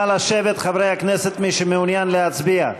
חברי הכנסת, מי שמעוניין להצביע,